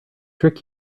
trick